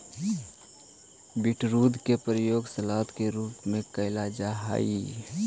beetroot के प्रयोग सलाद के रूप में कैल जा हइ